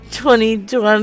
2020